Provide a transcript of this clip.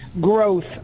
growth